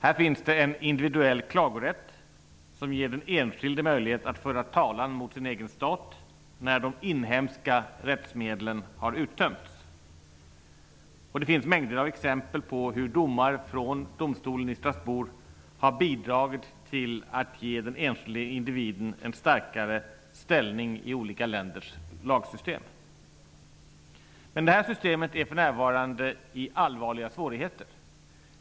Här finns en individuell klagorätt som ger den enskilde möjlighet att föra talan mot sin egen stat när de inhemska rättsmedlen är uttömda. Det finns mängder av exempel på hur domar från domstolen i Strasbourg har bidragit till att ge den enskilde individen en starkare rättslig ställning i olika länders lagsystem. Detta system har för närvarande allvarliga svårigheter.